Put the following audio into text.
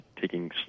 taking